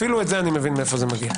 אפילו את זה אני מבין מאיפה זה מגיע.